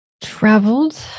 traveled